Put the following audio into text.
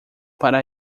para